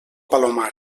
palomar